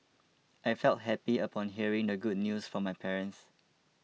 I felt happy upon hearing the good news from my parents